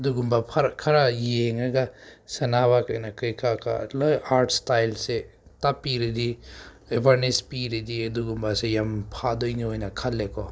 ꯑꯗꯨꯒꯨꯝꯕ ꯐꯔꯛ ꯈꯔ ꯌꯦꯡꯂꯒ ꯁꯥꯟꯅꯕ ꯀꯩꯅꯣ ꯀꯩꯀꯥꯒ ꯂꯣꯏꯅ ꯑꯥꯔꯠ ꯏꯁꯇꯥꯏꯜꯁꯦ ꯇꯥꯛꯄꯤꯔꯗꯤ ꯑꯦꯋꯥꯔꯅꯦꯁ ꯄꯤꯔꯗꯤ ꯑꯗꯨꯒꯨꯝꯕꯁꯦ ꯌꯥꯝ ꯐꯗꯣꯏꯅꯤ ꯑꯣꯏꯅ ꯈꯜꯂꯦꯀꯣ